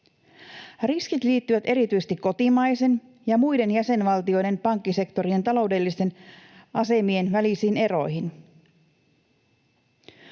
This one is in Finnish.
Riskit liittyvät erityisesti kotimaisen ja muiden jäsenvaltioiden pankkisektorien taloudellisten asemien välisiin eroihin.